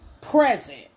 present